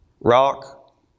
rock